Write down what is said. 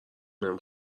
نمی